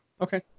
Okay